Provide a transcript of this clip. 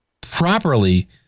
properly